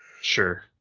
Sure